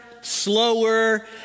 slower